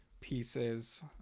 pieces